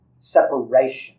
separation